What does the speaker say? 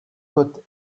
côtes